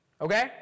okay